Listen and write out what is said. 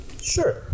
Sure